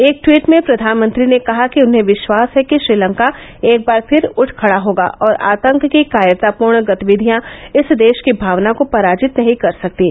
एक ट्वीट में प्रधानमंत्री ने कहा कि उन्हें विश्वास है कि श्रीलंका एक बार फिर उठ खड़ा होगा और आतंक की कायरतापूर्ण गतिविधियां इस देश की भावना को पराजित नहीं कर सकतीं